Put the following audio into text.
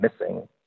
missing